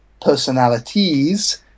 personalities